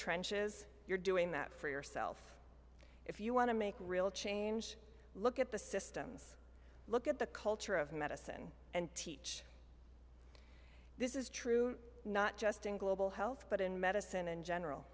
trenches you're doing that for yourself if you want to make real change look at the systems look at the culture of medicine and teach this is true not just in global health but in medicine and general